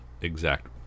exact